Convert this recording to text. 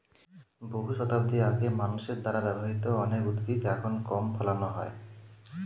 বহু শতাব্দী আগে মানুষের দ্বারা ব্যবহৃত অনেক উদ্ভিদ এখন কম ফলানো হয়